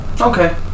Okay